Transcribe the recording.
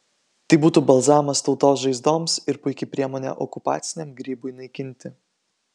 tai būtų balzamas tautos žaizdoms ir puiki priemonė okupaciniam grybui naikinti